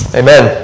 amen